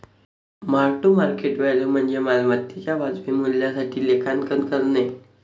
mark to market value म्हणजे मालमत्तेच्या वाजवी मूल्यासाठी लेखांकन करणे